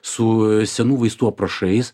su senų vaistų aprašais